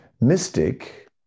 mystic